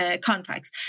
contracts